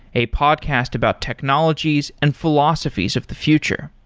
a podcast about technologies and philosophies of the future.